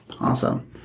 Awesome